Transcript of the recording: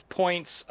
points